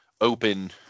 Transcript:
open